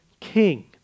king